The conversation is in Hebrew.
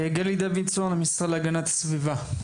גלי דוידסון, המשרד להגנת הסביבה.